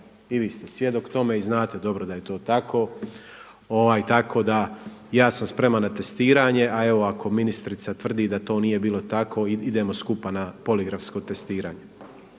i vi ste svjedok tome i znate dobro da je to tako. Tako da, ja sam spreman na testiranje. A evo ako ministrica tvrdi da to nije bilo tako idemo skupa na poligrafsko testiranje.